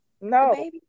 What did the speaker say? No